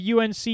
UNC